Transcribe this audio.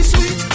Sweet